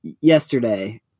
yesterday